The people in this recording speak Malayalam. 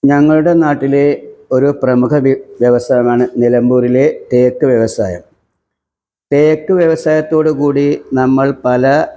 ഞങ്ങളുടെ നാട്ടിലെ ഒരു പ്രമുഖ വ്യവസായമാണ് നിലമ്പൂരിലെ തേക്ക് വ്യവസായം തേക്ക് വ്യവസായത്തോട് കൂടി നമ്മൾ പല